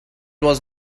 was